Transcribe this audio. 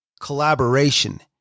collaboration